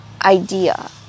idea